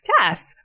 test